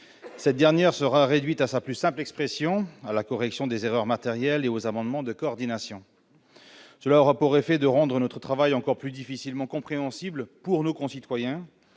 cette dernière sera réduite à sa plus simple expression, à la correction des erreurs matérielles et aux amendements de coordination, le rapport est fait de rendre notre travail encore plus difficilement compréhensible pour nos concitoyens,